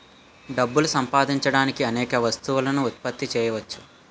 డబ్బులు సంపాదించడానికి అనేక వస్తువులను ఉత్పత్తి చేయవచ్చు